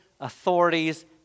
authorities